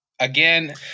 again